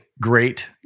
great